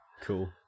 Cool